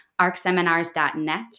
arcseminars.net